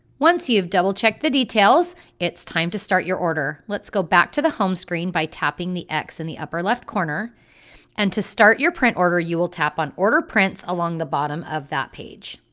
once you've double-checked the details it's time to start your order. let's go back to the home screen by tapping the x in the upper-left corner and to start your print order you will tap on order prints along the bottom of that page.